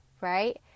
right